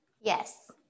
yes